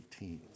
18